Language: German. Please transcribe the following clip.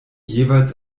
jeweils